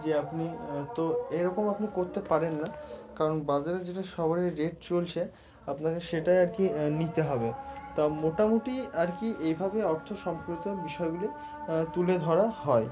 যে আপনি তো এরকম আপনি করতে পারেন না কারণ বাজারে যেটা সবারই রেট চলছে আপনাকে সেটাই আর কি নিতে হবে তা মোটামুটি আর কি এভাবে অর্থ সম্পর্কিত বিষয়গুলি তুলে ধরা হয়